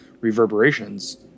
reverberations